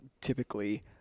typically